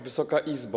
Wysoka Izbo!